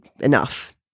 enough